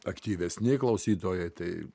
aktyvesni klausytojai tai